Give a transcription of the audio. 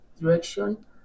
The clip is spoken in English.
direction